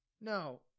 No